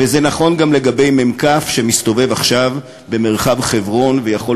וזה נכון גם לגבי מ"כ שמסתובב עכשיו במרחב חברון ויכול